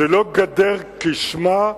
זה לא גדר כשמה,